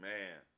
Man